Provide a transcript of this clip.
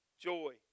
joy